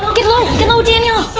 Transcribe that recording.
but get low, get low daniel!